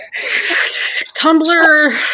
Tumblr